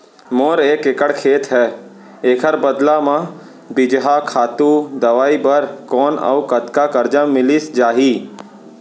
मोर एक एक्कड़ खेत हे, एखर बदला म बीजहा, खातू, दवई बर कोन अऊ कतका करजा मिलिस जाही?